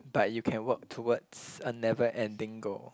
but you can work towards a never ending goal